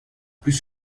plus